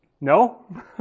No